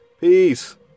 Peace